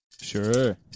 sure